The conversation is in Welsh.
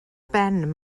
ben